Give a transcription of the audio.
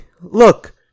look